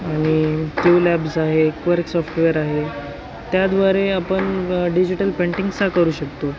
आणि ट्यूलॅब्स आहे एक वर्क सॉफ्टवेअर आहे त्याद्वारे आपण डिजिटल पेंटिंग सा करू शकतो